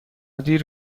دیر